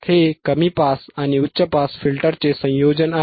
हे कमी पास आणि उच्च पास फिल्टरचे संयोजन आहे